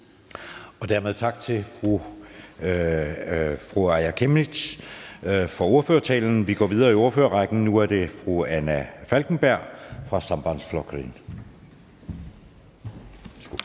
Dermed tak til fru Aaja Chemnitz. Vi går videre i ordførerrækken, og det er nu fru Anna Falkenberg fra Sambandsflokkurin.